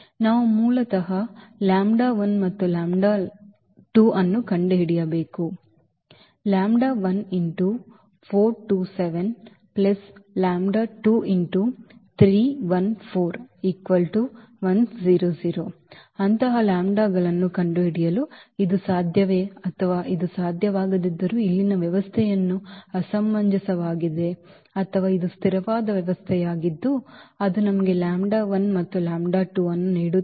ನಾವು ಮೂಲತಃ check ಮತ್ತು ಅನ್ನು ಕಂಡುಹಿಡಿಯಬೇಕು ಎಂದು ಪರಿಶೀಲಿಸಬೇಕು ಅಂತಹ ಲ್ಯಾಂಬ್ಡಾಗಳನ್ನು ಕಂಡುಹಿಡಿಯಲು ಇದು ಸಾಧ್ಯವೇ ಅಥವಾ ಇದು ಸಾಧ್ಯವಾಗದಿದ್ದರೂ ಇಲ್ಲಿನ ವ್ಯವಸ್ಥೆಯು ಅಸಮಂಜಸವಾಗಿದೆ ಅಥವಾ ಇದು ಸ್ಥಿರವಾದ ವ್ಯವಸ್ಥೆಯಾಗಿದ್ದು ಅದು ನಮಗೆ λ1 ಮತ್ತು λ2 ಅನ್ನು ನೀಡುತ್ತದೆ